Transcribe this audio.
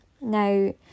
Now